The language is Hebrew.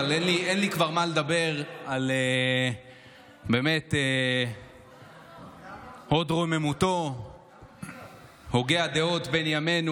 אבל אין לי כבר מה לדבר על באמת הוד רוממותו הוגה הדעות בן ימינו,